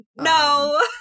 No